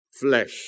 flesh